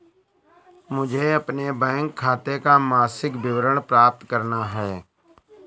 मुझे अपने बैंक खाते का मासिक विवरण प्राप्त करना है?